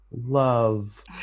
love